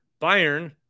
Bayern